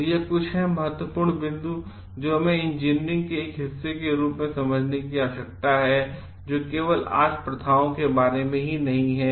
तो ये कुछ हैं महत्वपूर्ण बिंदु जो हमें इंजीनियरिंग के एक हिस्से के रूप में समझने की आवश्यकता है वह केवल आज प्रथाओं के बारे में ही नहीं है